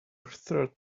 third